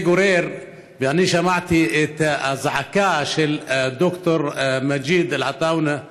ואני שמעתי את הזעקה של ד"ר מג'יד אלעטאונה,